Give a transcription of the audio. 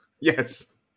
Yes